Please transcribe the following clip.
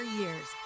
years